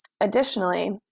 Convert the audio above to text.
Additionally